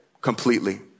completely